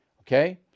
okay